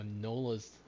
NOLA's